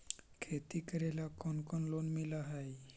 खेती करेला कौन कौन लोन मिल हइ?